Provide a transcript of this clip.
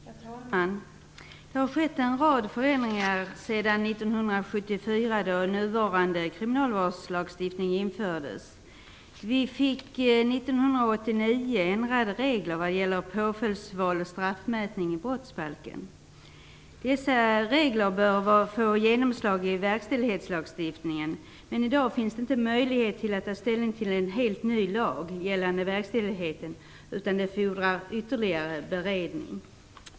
Herr talman! Det har skett en rad förändringar sedan 1974 då nuvarande kriminalvårdslagstiftning infördes. Vi fick 1989 ändrade regler för påföljdsval och straffmätning i brottsbalken. Dessa regler bör få genomslag i verkställighetslagstiftningen, men i dag finns det inte möjlighet till att ta ställning till en helt ny lag gällande verkställigheten, utan det fordrar ytterligare beredning.